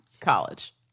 College